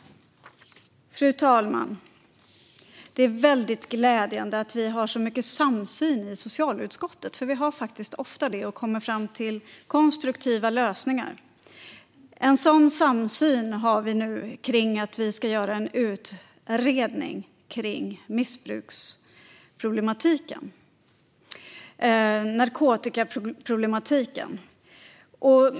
Fru talman! Det är glädjande att vi har så mycket samsyn i socialutskottet. Det har vi faktiskt ofta, och vi kommer fram till konstruktiva lösningar. En sådan samsyn har vi nu kring att vi ska göra en utredning av missbruks och narkotikaproblematiken.